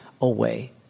away